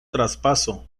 traspaso